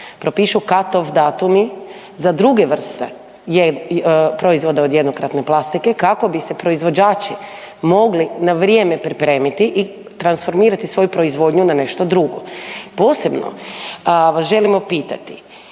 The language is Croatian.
propišu cut off datumi za druge vrste proizvoda od jednokratne plastike kako bi se proizvođači mogli na vrijeme pripremiti i transformirati svoju proizvodnju na nešto drugo. Posebno vaš želimo pitati,